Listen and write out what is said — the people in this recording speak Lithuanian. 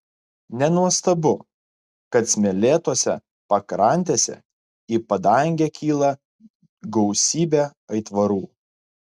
nenuostabu kad smėlėtose pakrantėse į padangę kyla gausybė aitvarų